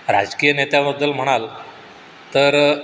राजकीय नेत्याबद्दल म्हणाल तर